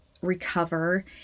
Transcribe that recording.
recover